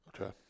okay